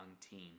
team